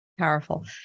Powerful